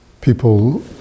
people